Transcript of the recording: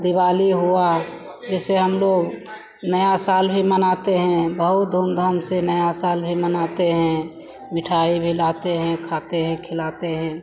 दिवाली हुई जैसे हमलोग नया साल भी मनाते हैं बहुत धूमधाम से नया साल भी मनाते हैं मिठाई भी लाते हैं खाते हैं खिलाते हैं